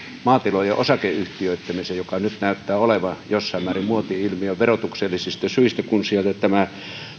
maatilojen osakeyhtiöittämisen joka nyt näyttää olevan jossain määrin muoti ilmiö verotuksellisista syistä kun sieltä tämä